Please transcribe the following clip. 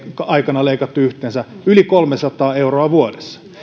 aikana leikattu yhteensä yli kolmesataa euroa vuodessa